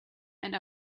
and